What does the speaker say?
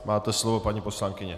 Máte slovo, paní poslankyně.